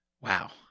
wow